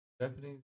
Japanese